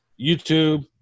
YouTube